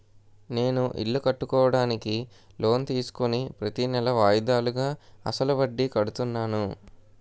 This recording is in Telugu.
నేను ఇల్లు కట్టుకోడానికి లోన్ తీసుకుని ప్రతీనెలా వాయిదాలుగా అసలు వడ్డీ కడుతున్నాను